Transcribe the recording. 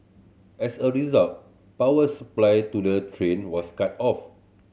as a result power supply to the train was cut off